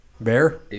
Bear